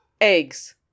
Eggs